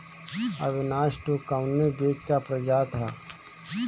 अविनाश टू कवने बीज क प्रजाति ह?